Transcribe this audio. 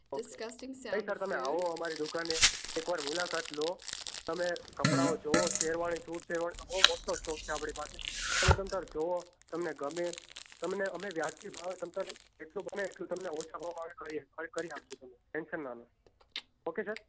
okay નહીં sir તમે આવો અમારી દુકાને એકવાર મુલાકાત લો તમે કપડાંઓ જુઓ શેરવાની શુટ શેરવાનીમાં બહુ મોટો સ્ટોક છે આપણી પાસે તમે તમતમારે જુઓ તમને ગમે તમને અમે વ્યાજબી ભાવે તમે તમારે જેટલું બને એટલું તમને ઓછા ભાવમાં આવીને આવીને કંઈક કરી આપીશું તમને ટેન્સન ના લો ઓકે સર